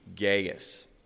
Gaius